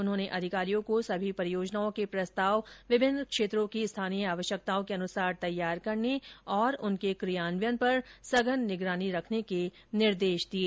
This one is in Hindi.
उन्होंने अधिकारियों को सभी परियोजनाओं के प्रस्ताव विभिन्न क्षेत्रों की स्थानीय आवश्यकताओं के अनुसार तैयार करने और उनके कियान्वयन पर सघन निगरानी रखने के निर्देश दिये